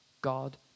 God